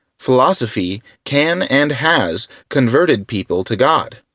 philosophy can and has converted people to god.